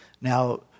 Now